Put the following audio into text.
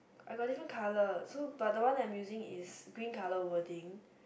I got different colour so but the one that I'm using is green colour wording